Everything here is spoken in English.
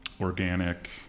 organic